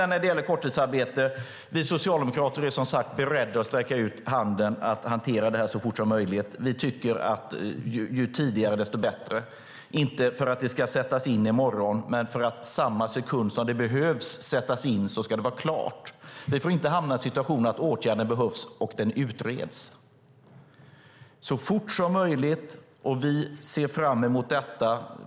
När det gäller korttidsarbete är vi socialdemokrater som sagt beredda att sträcka ut handen för att man ska kunna hantera detta så fort som möjligt, ju tidigare desto bättre. Det är inte för att det ska sättas in i morgon, men för att det ska vara klart att sättas in i samma sekund som det behövs. Vi får inte hamna i en situation där åtgärden behövs men fortfarande utreds. Så fort som möjligt ska detta bli klart. Vi ser fram emot detta.